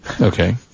Okay